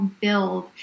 build